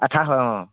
আঠা হয় অঁ